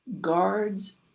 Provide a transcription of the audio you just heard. guards